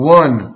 one